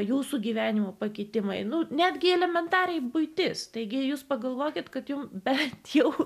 jūsų gyvenimo pakitimai nu netgi elementariai buitis taigi jūs pagalvokit kad jums bet juk